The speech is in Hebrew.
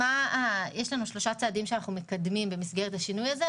יש לנו שלושה צעדים שאנחנו מקדמים במסגרת השינוי הזה.